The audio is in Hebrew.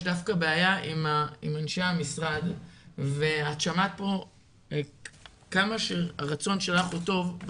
יש דווקא בעיה עם אנשי המשרד ואת שמעת פה כמה שהרצון שלך הוא טוב,